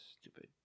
Stupid